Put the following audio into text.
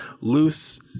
loose